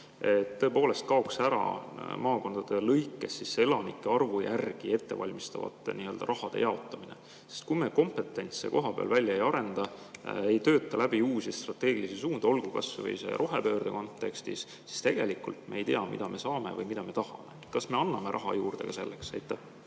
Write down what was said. edasi, et kaoks ära maakondade kaupa elanike arvu järgi ettevalmistatava raha jaotamine? Sest kui me kompetentsi kohapeal välja ei arenda, ei tööta läbi uusi strateegilisi suundi, olgu kas või rohepöörde kontekstis, siis tegelikult me ei tea, mida me saame või mida me tahame. Kas me anname raha juurde ka selleks? Aitäh,